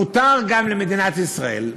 מותר גם למדינת ישראל,